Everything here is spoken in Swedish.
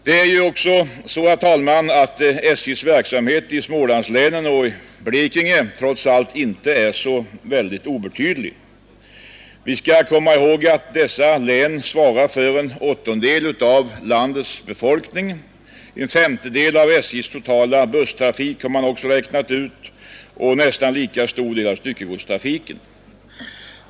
Det är också så, herr talman, att SJ:s verksamhet i Smålandslänen och i Blekinge trots allt inte är så obetydlig. Vi skall komma ihåg att dessa län svarar för en åttondel av landets befolkning, en femtedel av SJ:s totala busstrafik, har man också räknat ut, och nästan lika stor del av styckegodstrafiken.